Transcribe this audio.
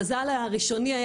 המזל הראשון שלי,